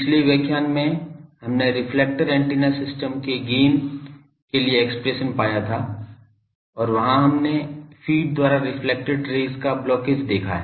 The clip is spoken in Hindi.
पिछले व्याख्यान में हमने रिफ्लेक्टर एंटीना सिस्टम के गेन के लिए एक्सप्रेशन पाया था और वहां हमने फ़ीड द्वारा रेफ्लेक्टेड रेज़ का ब्लॉकेज देखा है